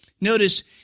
notice